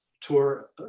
tour